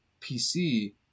pc